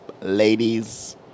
ladies